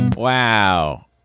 Wow